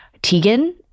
Tegan